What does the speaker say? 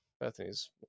Bethany's